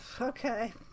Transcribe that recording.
okay